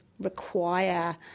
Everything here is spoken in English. require